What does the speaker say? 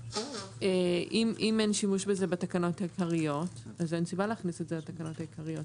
אם אין שימוש לזה בתקנות העיקריות,